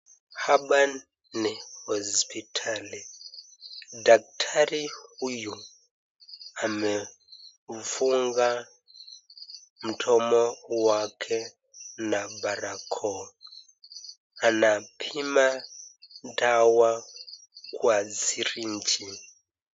Hapa ni hospitali daktari huyu amefunga mdomo wake na barakoa ,anapima dawa kwa sirinji.